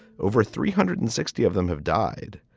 over three hundred and sixty of them have died,